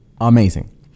amazing